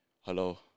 hello